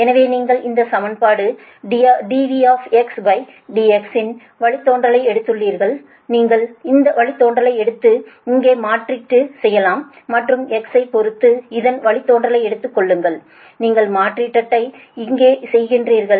எனவே நீங்கள் இந்த சமன்பாடு dV dx இன் வழித்தோன்றலை எடுக்கிறீர்கள் இதன் வழித்தோன்றலை எடுத்து இங்கே மாற்றீடு செய்யலாம் மற்றும் x ஐப் பொறுத்து இதன் வழித்தோன்றலை எடுத்துக் கொள்ளுங்கள் நீங்கள் மாற்றீட்டை இங்கே செய்கிறீர்கள்